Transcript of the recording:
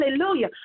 Hallelujah